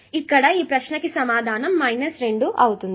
కాబట్టి ఈ ప్రశ్నకు సమాధానం 2 అవుతుంది